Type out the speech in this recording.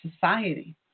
society